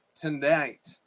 tonight